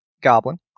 goblin